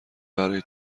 برای